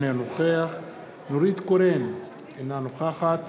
אינו נוכח נורית קורן, אינה נוכחת